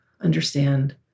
understand